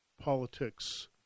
politics